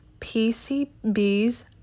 PCBs